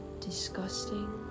disgusting